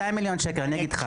אני אגיד לך.